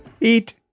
Eat